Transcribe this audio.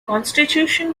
constitution